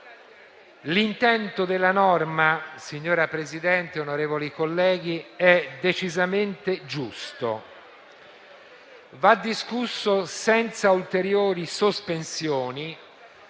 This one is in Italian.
l'intento della norma, signora Presidente e onorevoli colleghi, è decisamente giusto e va discusso senza ulteriori sospensioni,